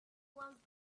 ones